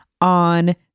on